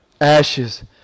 ashes